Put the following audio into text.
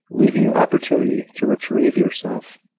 leaving you opportunity to retrieve yourself,